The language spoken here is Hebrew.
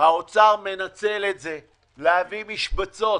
האוצר מנצל את זה להביא משבצות